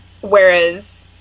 whereas